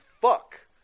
fuck